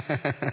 בבקשה.